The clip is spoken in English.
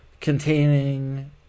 containing